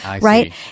right